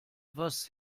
was